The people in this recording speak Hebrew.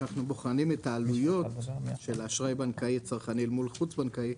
כשאנחנו בוחנים את העלויות של אשראי בנקאי צרכני מול חוץ-בנקאי,